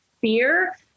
fear